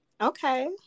Okay